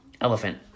Elephant